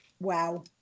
Wow